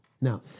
Now